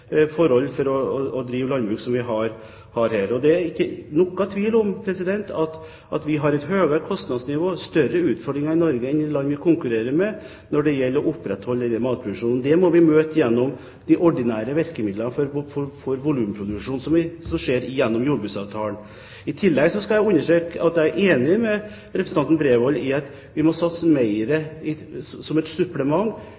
forhold for å drive det landbruket vi har. Det er ingen tvil om at vi har et høyere kostnadsnivå og større utfordringer i Norge enn man har i land vi konkurrerer med når det gjelder å opprettholde matproduksjonen. Det må vi møte gjennom de ordinære virkemidlene for volumproduksjon, som skjer gjennom jordbruksavtalen. I tillegg vil jeg understreke at jeg er enig med representanten Bredvold i at vi som et supplement må satse